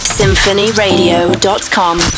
symphonyradio.com